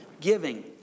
giving